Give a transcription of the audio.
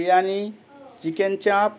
biryani chicken চাপ